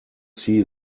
see